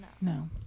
No